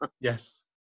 Yes